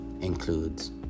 includes